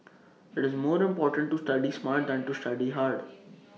IT is more important to study smart than to study hard